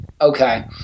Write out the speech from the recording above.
Okay